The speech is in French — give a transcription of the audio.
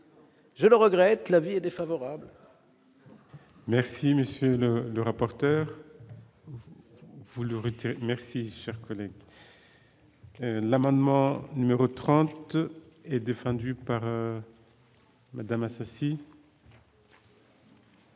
Je le regrette l'avis défavorable. Merci Monsieur le le rapporteur vous le merci, cher collègue. L'amendement numéro 30 et défendu par Madame Assassi. Merci